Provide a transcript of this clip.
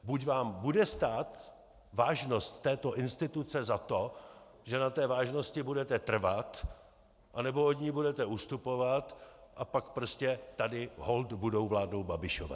Buď vám bude stát vážnost této instituce za to, že na té vážnosti budete trvat, anebo od ní budete ustupovat, a pak prostě tady holt budou vládnout Babišové.